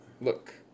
look